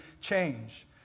change